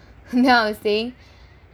I'm saying